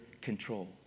control